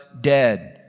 dead